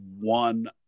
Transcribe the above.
one